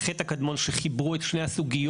חטא הקדמון הוא שחיברו את שני הסוגיות,